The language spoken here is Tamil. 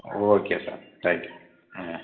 ஓகே சார் தேங்க் யூ ம்